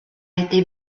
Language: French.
été